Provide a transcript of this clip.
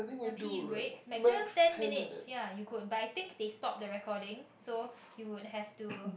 a tea break maximum ten minutes ya you could buy thing they stop the recording so you'll have to